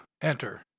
enter